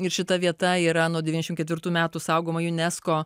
ir šita vieta yra nuo devyniasdešim ketvirtų metų saugoma unesco